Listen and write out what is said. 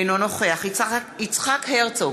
אינו נוכח יצחק הרצוג,